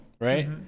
right